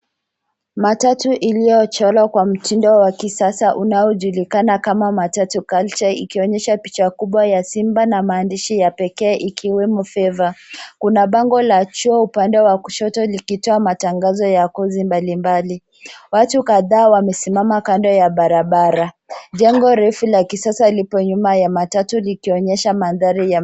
Matatu iliyochorwa kwa mtindo wa kisasa unaojulikana kama matatu culture ikionyesha picha kubwa ya simba na maandishi ya pekee ikiwemo favor . Kuna bango la chuo upande wa kushoto likitoa matangazo ya kozi mbalimbali. Watu kadhaa wamesimama kando ya barabara. Jengo refu la kisasa lipo nyuma ya matatu likionyesha mandhari ya